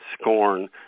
scorn